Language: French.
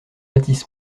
athis